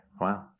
wow